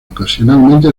ocasionalmente